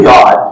God